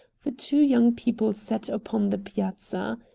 the two young people sat upon the piazza.